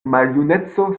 maljuneco